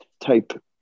type